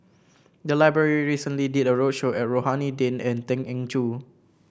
the library recently did a roadshow at Rohani Din and Tan Eng Joo